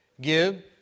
Give